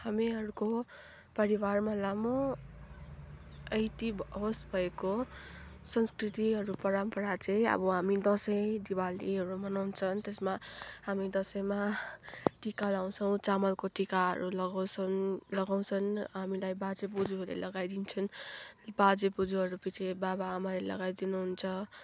हामीहरूको परिवारमा लामो भएको संस्कृतिहरू परम्परा चाहिँ अब हामी दसैँ दिवालीहरू मनाउँछन् त्यसमा हामी दसैँमा टीका लाउँछौँ चामलको टीकाहरू लगाउँछन् लगाउँछन् हामीलाई बाजे बोज्यूहरूले लगाइदिन्छन् बाजे बोज्यूहरूपिच्छे बाबा आमाहरूले लगाइदिनुहुन्छ